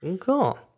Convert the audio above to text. Cool